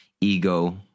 ego